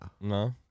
No